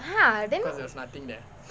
!huh! then